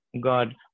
God